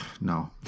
No